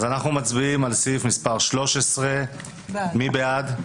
אז אנחנו מצביעים על סעיף מס' 13, מי בעד?